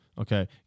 okay